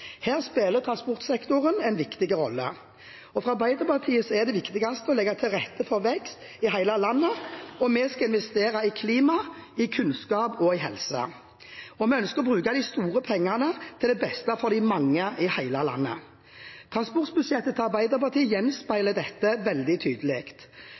Her spiller transportsektoren en viktig rolle. For Arbeiderpartiet er det viktigste å legge til rette for vekst i hele landet, og vi skal investere i klima, kunnskap og helse. Vi ønsker å bruke de store pengene til beste for de mange i hele landet. Transportbudsjettet til Arbeiderpartiet